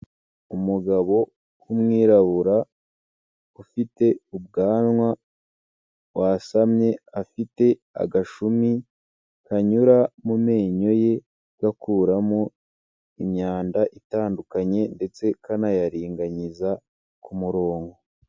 Umugabo w'umwirabura ufite ubwanwa wasamye, afite agashumi kanyura mu menyo ye, gakuramo imyanda itandukanye ndetse kanayaringaniza ku murongo.